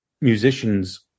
musicians